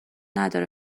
نداره